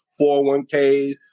401Ks